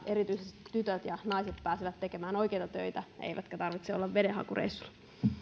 erityisesti tytöt ja naiset pääsevät tekemään oikeita töitä eikä tarvitse olla vedenhakureissulla